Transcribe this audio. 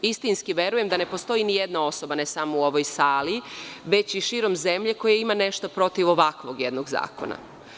Istinski verujem da ne postoji ni jedna osoba, ne samo u ovoj sali, već i širom zemlje koja ima nešto protiv ovakvog jednog zakona.